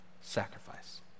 sacrifice